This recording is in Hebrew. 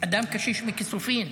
אדם קשיש מכיסופים,